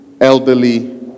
elderly